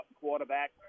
quarterback